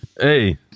Hey